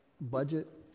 budget